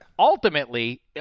Ultimately